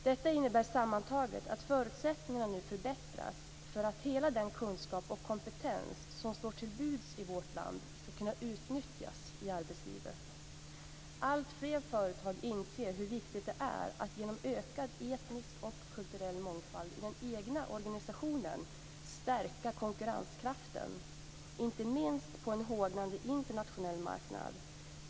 Detta innebär sammantaget att förutsättningarna nu förbättras för att hela den kunskap och kompetens som står till buds i vårt land skall kunna utnyttjas i arbetslivet. Alltfler företag inser hur viktigt det är att genom ökad etnisk och kulturell mångfald i den egna organisationen stärka konkurrenskraften, inte minst på en hårdnande internationell marknad.